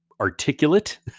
articulate